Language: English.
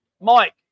mike